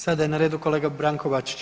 Sada je na redu kolega Branko Bačić.